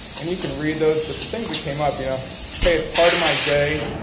and you can read those. but the things that came up yeah hey, it's part of my day.